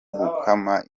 gukama